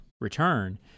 return